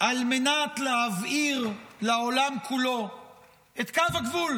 על מנת להבהיר לעולם כולו את קו הגבול